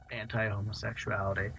anti-homosexuality